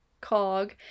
cog